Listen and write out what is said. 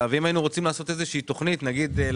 ואם היינו רוצים לעשות תוכניות לרשויות